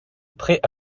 prêt